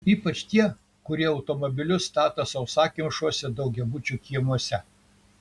ypač tie kurie automobilius stato sausakimšuose daugiabučių kiemuose